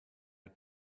are